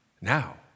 now